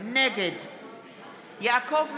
נגד יעקב מרגי,